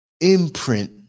imprint